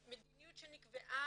המדיניות שנקבעה